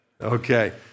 Okay